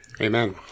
Amen